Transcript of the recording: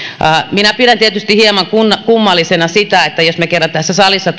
minä pidän tietysti hieman kummallisena sitä jos me kerran tässä salissa